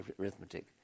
arithmetic